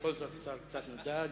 בכל זאת השר קצת מודאג.